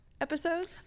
episodes